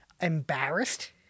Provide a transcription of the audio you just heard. embarrassed